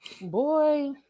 Boy